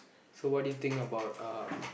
so what do you think about uh